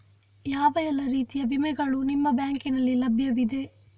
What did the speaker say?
ಯಾವ ಎಲ್ಲ ರೀತಿಯ ವಿಮೆಗಳು ನಿಮ್ಮ ಬ್ಯಾಂಕಿನಲ್ಲಿ ಲಭ್ಯವಿದೆ?